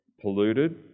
polluted